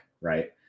right